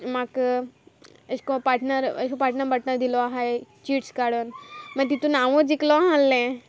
म्हाका एशेंको एक पार्टनर पार्टनर दिलो आहाय चिट्स काडून मागी तितून हांवूं जिकलो आहा आसलें